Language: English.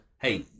hey